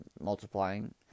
multiplying